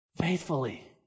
faithfully